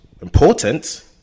important